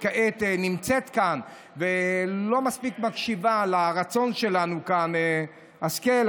שכעת נמצאת כאן ולא מספיק מקשיבה לרצון שלנו כאן השכל,